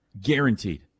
Guaranteed